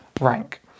rank